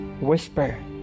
Whisper